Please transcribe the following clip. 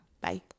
Bye